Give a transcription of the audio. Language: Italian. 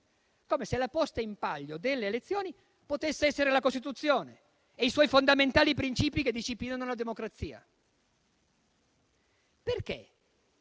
come se la posta in palio delle elezioni potesse essere la Costituzione e i suoi fondamentali principi che disciplinano la democrazia. Perché